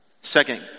Second